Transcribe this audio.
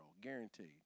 guaranteed